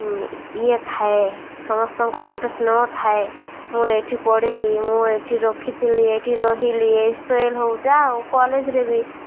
ଇଏ ଥାଏ ସମସ୍ତଙ୍କର ଗୋଟେ ସ୍ନୋ ଥାଏ ମୁଁ ଏଠି ପଢ଼ିଲି ମୁଁ ଏଇଠି ରଖିଥିଲି ଏଇଠି ରହିଲି ଏଇ ହଉ ଯା ହଉ କଲେଜରେ ବି